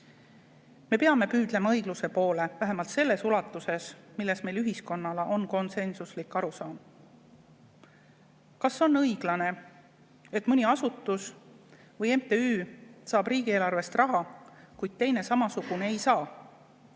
Me peame püüdlema õigluse poole vähemalt selles ulatuses, milles meil ühiskonnana on konsensuslik arusaam. Kas on õiglane, et mõni asutus või MTÜ saab riigieelarvest raha, kuid teine samasugune ei saa?